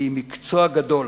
כי אם מקצוע גדול